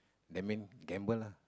that mean gamble lah